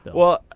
but well,